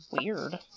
weird